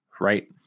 right